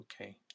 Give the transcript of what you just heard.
Okay